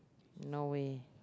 no way